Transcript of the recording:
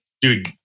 dude